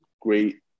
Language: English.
great